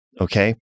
Okay